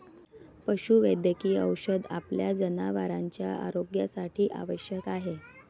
पशुवैद्यकीय औषध आपल्या जनावरांच्या आरोग्यासाठी आवश्यक आहे